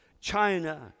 China